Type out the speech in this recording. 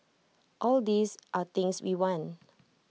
all these are things we want